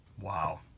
Wow